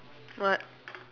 what